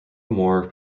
more